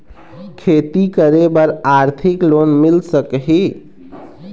खेती करे बर आरथिक लोन मिल सकही?